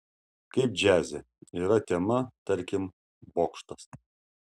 kaip džiaze yra tema tarkim bokštas